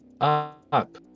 up